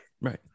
Right